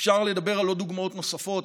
אפשר לדבר על דוגמאות נוספות.